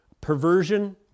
perversion